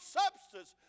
substance